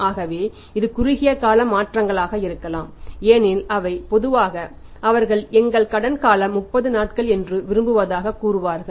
ஆகவே இது குறுகிய கால மாற்றங்களாக இருக்கலாம் ஏனெனில் அவை பொதுவாக அவர்கள் எங்கள் கடன் காலம் 30 நாட்கள் என்று விரும்புவதாகக் கூறுவார்கள்